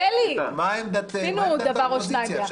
מה עמדת האופוזיציה?